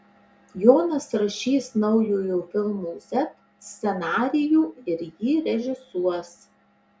jonas rašys naujojo filmo z scenarijų ir jį režisuos